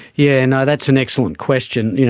yeah and that's an excellent question. you know